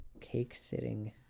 Cake-sitting